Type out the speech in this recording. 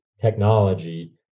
technology